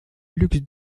luxe